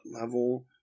level